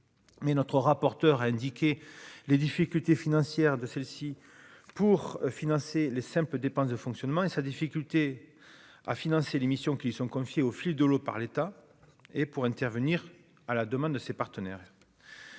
mais notre rapporteur a indiqué les difficultés financières de celle-ci pour financer les cinq peu, dépenses de fonctionnement et sa difficulté à financer les missions qui sont confiées au fil de l'eau par l'État et pour intervenir à la demande de ses partenaires.